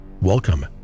Welcome